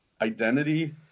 identity